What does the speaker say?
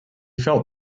felt